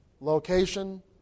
Location